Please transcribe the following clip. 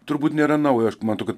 turbūt nėra nauja aš man atrodo kad